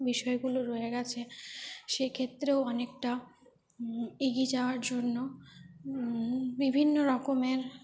বিষয়গুলো রয়ে গিয়েছে সেক্ষেত্রেও অনেকটা এগিয়ে যাওয়ার জন্য বিভিন্ন রকমের